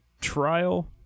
trial